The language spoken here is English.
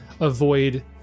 avoid